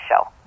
show